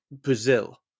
Brazil